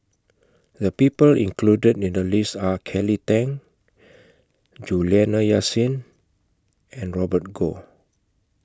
The People included in The list Are Kelly Tang Juliana Yasin and Robert Goh